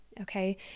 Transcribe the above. Okay